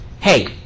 hey